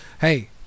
hey